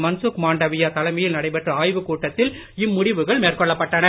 மன்சுக் மாண்டவியா தலைமையில் நடைபெற்ற ஆய்வுக் கூட்டத்தில் இம்முடிவுகள் மேற்கொள்ள பட்டன